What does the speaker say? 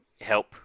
help